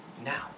Now